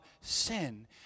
sin